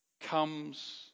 comes